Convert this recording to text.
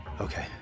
Okay